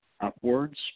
upwards